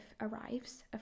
arrives